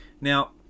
Now